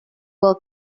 will